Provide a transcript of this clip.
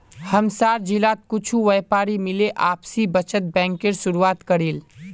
हमसार जिलात कुछु व्यापारी मिले आपसी बचत बैंकेर शुरुआत करील